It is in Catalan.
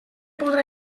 podrà